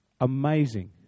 Amazing